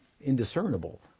indiscernible